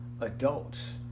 adults